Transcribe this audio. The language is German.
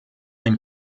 ein